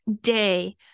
day